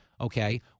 okay